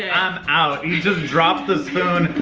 ah i'm out. he just dropped the spoon,